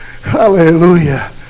Hallelujah